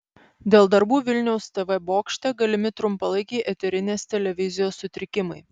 dėl darbų vilniaus tv bokšte galimi trumpalaikiai eterinės televizijos sutrikimai